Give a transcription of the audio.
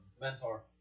Mentor